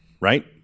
right